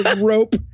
rope